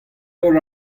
eur